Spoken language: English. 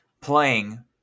playing